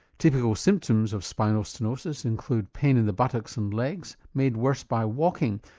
typical symptoms of spinal stenosis include pain in the buttocks and legs made worse by walking,